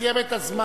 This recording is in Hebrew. סיים את הזמן.